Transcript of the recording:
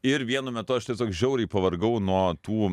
ir vienu metu aš tiesiog žiauriai pavargau nuo tų